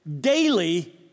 daily